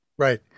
Right